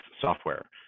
software